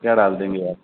क्या डाल देंगे आप